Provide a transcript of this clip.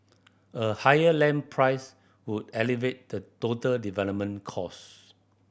a higher land price would elevate the total development cost